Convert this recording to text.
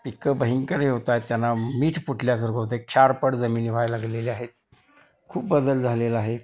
पीकं भयंकर हे होत आहेत त्यांना मीठ फुटल्यासारखं होतं आहे क्षारपड जमिनी व्हायला लागलेले आहेत खूप बदल झालेला आहे